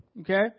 Okay